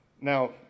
Now